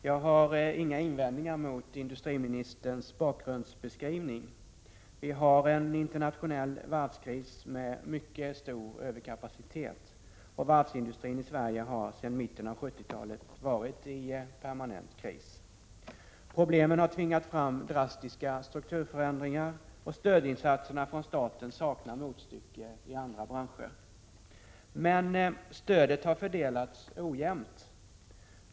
Herr talman! Jag har inga invändningar mot industriministerns bakgrundsbeskrivning. Vi har en internationell varvskris med mycket stor överkapacitet. Varvsindustrin i Sverige har sedan mitten av 1970-talet varit i permanent kris. Problemen har tvingat fram drastiska strukturförändringar, och stödinsatserna från staten saknar motstycke i andra branscher. Men stödet har fördelats ojämnt.